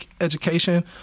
education